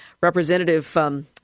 Representative